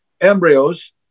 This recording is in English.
embryos